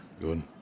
Good